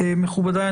מכובדיי,